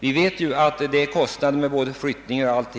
Vi vet ju att det skulle innebära kostnader för flyttning m.m.